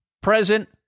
present